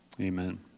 amen